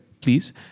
please